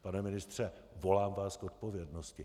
Pane ministře, volám vás k odpovědnosti!